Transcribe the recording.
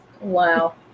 Wow